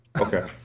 Okay